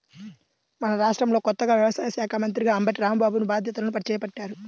మన రాష్ట్రంలో కొత్తగా వ్యవసాయ శాఖా మంత్రిగా అంబటి రాంబాబుని బాధ్యతలను చేపట్టారు